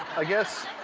i guess